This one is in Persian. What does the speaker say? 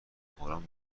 قرآن